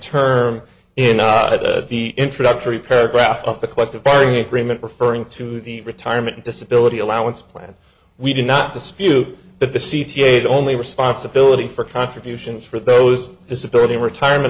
term in the introductory paragraph of the collective bargaining agreement referring to the retirement disability allowance plan we do not dispute that the c t a is only responsibility for contributions for those disability retirement